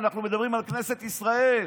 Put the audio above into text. אנחנו מדברים על כנסת ישראל.